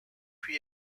pre